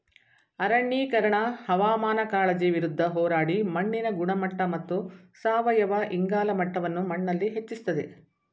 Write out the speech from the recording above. ಅರಣ್ಯೀಕರಣ ಹವಾಮಾನ ಕಾಳಜಿ ವಿರುದ್ಧ ಹೋರಾಡಿ ಮಣ್ಣಿನ ಗುಣಮಟ್ಟ ಮತ್ತು ಸಾವಯವ ಇಂಗಾಲ ಮಟ್ಟವನ್ನು ಮಣ್ಣಲ್ಲಿ ಹೆಚ್ಚಿಸ್ತದೆ